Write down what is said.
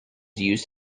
used